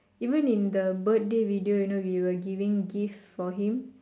even in the birthday video you know we were giving gifts for him